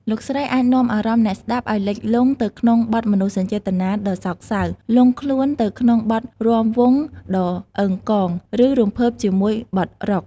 លោកស្រីអាចនាំអារម្មណ៍អ្នកស្តាប់ឱ្យលិចលង់ទៅក្នុងបទមនោសញ្ចេតនាដ៏សោកសៅ លង់ខ្លួនទៅក្នុងបទរាំវង់ដ៏អឺងកង ឬរំភើបជាមួយបទរ៉ុក។